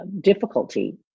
difficulty